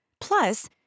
Plus